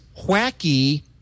wacky